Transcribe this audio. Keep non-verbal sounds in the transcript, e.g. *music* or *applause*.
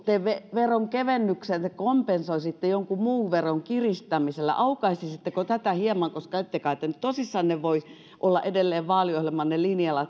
veronkevennyksen te kompensoisitte jonkun muun veron kiristämisellä aukaisisitteko tätä hieman koska ette kai te nyt tosissanne voi olla edelleen vaaliohjelmanne linjalla *unintelligible*